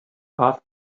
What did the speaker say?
ask